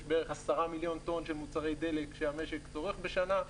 יש בערך 10 מיליון טון של מוצרי דלק שהמשק צורך בשנה,